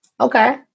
Okay